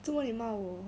做么你骂我